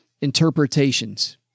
interpretations